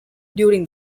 during